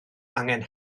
angen